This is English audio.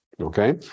okay